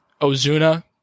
Ozuna